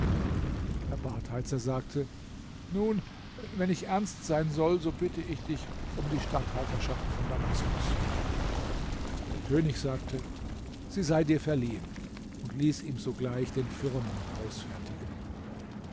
der badheizer sagte nun wenn ich ernst sein soll so bitte ich dich um die statthalterschaft von damaskus der könig sagte sie sei dir verliehen und ließ ihm sogleich den firman ausfertigen